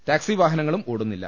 taxi വാഹനങ്ങളും ഓടുന്നില്ല